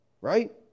Right